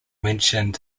mentioned